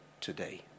today